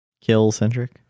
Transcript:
Kill-centric